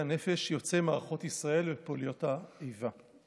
הנפש יוצאי מערכות ישראל ופעולות האיבה.